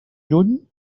lluny